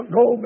go